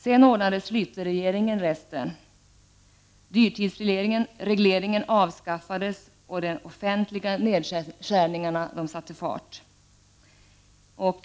Sedan ordnade Schläter-regeringen resten — dyrtidsregleringen avskaffades och de offentliga nedskärningarna satte fart.